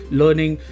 learning